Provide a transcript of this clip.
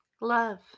Love